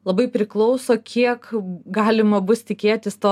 labai priklauso kiek galima bus tikėtis to